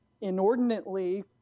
inordinately